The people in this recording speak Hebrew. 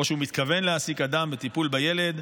או שהוא מתכוון להעסיק אדם בטיפול בילד,